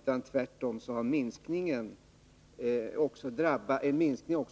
Tvärtom har en produktionsminskning